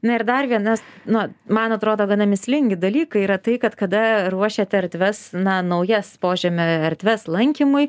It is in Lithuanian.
na ir dar vienas nu man atrodo gana mįslingi dalykai yra tai kad kada ruošiate erdves na naujas požemio erdves lankymui